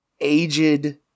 aged –